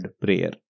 Prayer